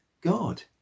God